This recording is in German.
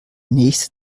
nächste